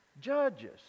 judges